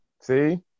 See